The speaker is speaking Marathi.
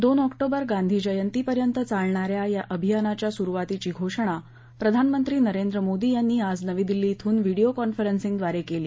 दोन ऑक्टोबर गांधी जयंतीपर्यंत चालणा या या अभियानाच्या सुरुवातीची घोषणा प्रधानमंत्री नरेंद्र मोदी यांनी आज नवी दिल्ली श्रेन व्हिडीओ कॉन्फरसिंगद्वारे केली